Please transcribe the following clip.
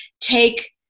take